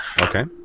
Okay